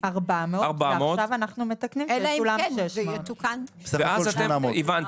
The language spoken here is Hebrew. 400 --- 400 ועכשיו אנחנו מתקנים לכולם 600. הבנתי.